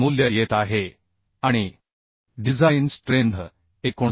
मूल्य येत आहे आणि डिझाइन स्ट्रेंथ 59